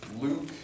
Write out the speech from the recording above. Luke